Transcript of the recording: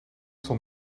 stond